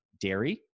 dairy